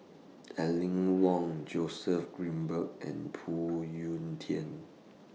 Aline Wong Joseph Grimberg and Phoon Yew Tien